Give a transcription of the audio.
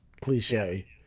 cliche